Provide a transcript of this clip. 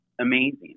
amazing